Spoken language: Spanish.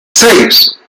seis